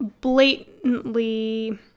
blatantly –